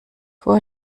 vor